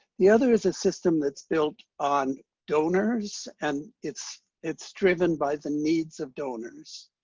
the other is a system that's built on donors, and it's it's driven by the needs of donors.